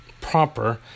proper